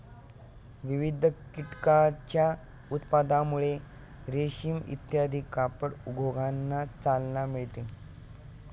विविध कीटकांच्या उत्पादनामुळे रेशीम इत्यादी कापड उद्योगांना चालना मिळते